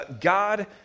God